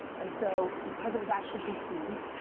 and so because it was actually consumed,